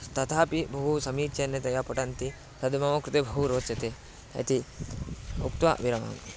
तथापि बहु समीचीनतया पठन्ति तत् मम कृते बहु रोचते इति उक्त्वा विरमामि